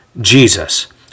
Jesus